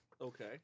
Okay